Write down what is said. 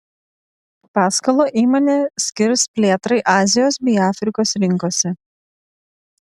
paskolą įmonė skirs plėtrai azijos bei afrikos rinkose